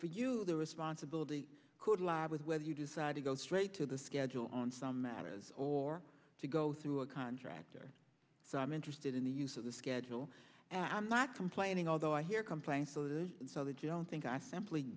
for you the responsibility could lie with whether you decide to go straight to the schedule on some matters or to go through a contractor so i'm interested in the use of the schedule and i'm not complaining although i hear complaints so there's so that you don't think i simply